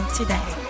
today